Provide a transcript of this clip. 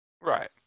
right